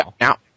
now